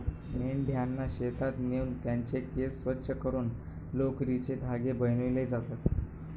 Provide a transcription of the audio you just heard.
मेंढ्यांना शेतात नेऊन त्यांचे केस स्वच्छ करून लोकरीचे धागे बनविले जातात